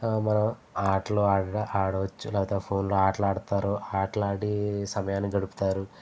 ఆటలు ఆడ ఆటలు ఆడవచ్చు లేకపోతే ఫోన్లో ఆటలు ఆడతారు ఆటలు ఆడి సమయాన్ని గడుపుతారు